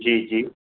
जी जी